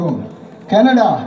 Canada